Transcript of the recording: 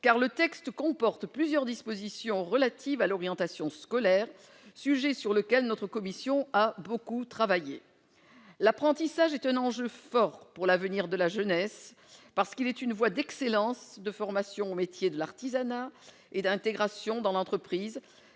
car le texte comporte plusieurs dispositions relatives à l'orientation scolaire, sujet sur lequel elle a beaucoup travaillé. L'apprentissage est un enjeu fort pour l'avenir de la jeunesse, parce qu'il est une voie d'excellence de formation aux métiers de l'artisanat et d'intégration dans l'entreprise,